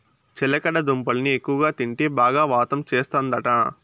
చిలకడ దుంపల్ని ఎక్కువగా తింటే బాగా వాతం చేస్తందట